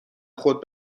خود